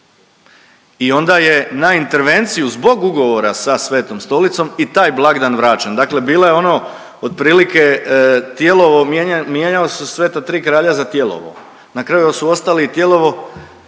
i onda je na intervenciju zbog ugovora sa Svetom Stolicom i taj blagdan vraćen, dakle bilo je ono otprilike Tijelovo, mijenja…, mijenjali su Sveta 3 kralja za Tijelovo. Na kraju su ostali i Tijelovo